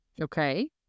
Okay